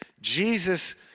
Jesus